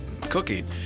cooking